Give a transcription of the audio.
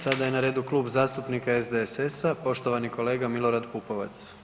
Sada je na redu Klub zastupnika SDSS-a, poštovani kolega Milorad Pupovac.